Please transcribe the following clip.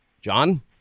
John